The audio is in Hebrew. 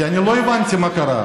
כי אני לא הבנתי מה קרה.